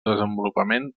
desenvolupament